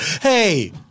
Hey